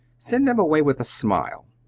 send them away with a smile!